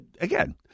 again